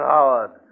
Howard